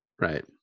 right